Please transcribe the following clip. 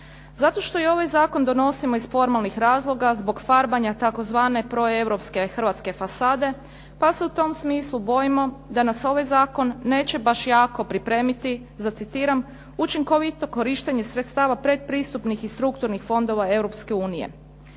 Zato što i ovaj zakon donosimo iz formalnih razloga zbog farbanja tzv. proeuropske hrvatske fasade pa se u tom smislu bojimo da nas ovaj zakon neće baš jako pripremiti za citiram učinkovito korištenje sredstava predpristupnih i strukturnih fondova